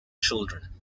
children